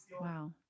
Wow